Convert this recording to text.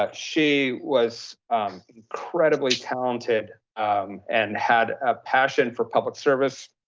ah she was incredibly talented and had a passion for public service.